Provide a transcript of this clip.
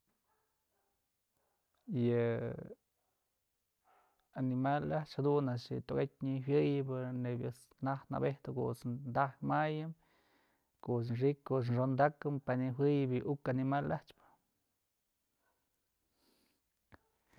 Yë animal a'ax jadun a'ax yë tokatyë nyëjawëyë neyb ëjt's jat abëjtëm ko'o ëjt's taj mayëm ko'o ëjt's xi'ik ko'o ëjt's xondakëm pa'a nëjuëyëp yë uk animal axpë.